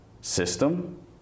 system